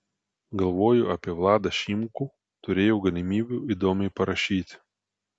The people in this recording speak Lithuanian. galvojo apie vladą šimkų turėjo galimybių įdomiai parašyti